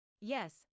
Yes